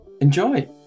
enjoy